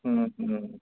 हँ हँ